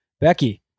Becky